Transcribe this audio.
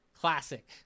classic